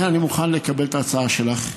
לכן, אני מוכן לקבל את ההצעה שלך,